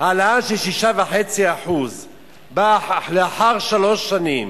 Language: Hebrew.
העלאה של 6.5% באה לאחר שלוש שנים,